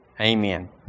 Amen